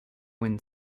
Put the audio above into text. win